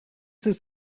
this